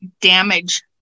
damage